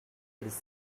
this